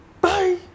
Bye